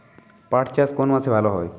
পাট চাষ কোন মাসে ভালো হয়?